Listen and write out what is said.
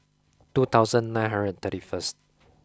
two thousand nine hundred and thirty first